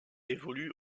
évolue